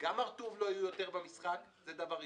גם הר-טוב לא תהיה יותר במשחק, זה דבר ראשון.